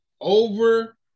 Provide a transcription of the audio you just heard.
Over